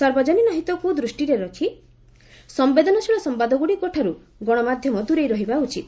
ସାର୍ବଜନୀନ ହିତକୁ ଦୃଷ୍ଟିରେ ରଖି ସମ୍ଘେଦନଶୀଳ ସମ୍ଭାଦଗୁଡିକୁ ଠାରୁ ଗଣମାଧ୍ୟମ ଦୂରେଇ ରହିବା ଉଚିତ